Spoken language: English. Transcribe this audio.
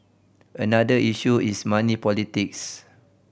another issue is money politics